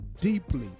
deeply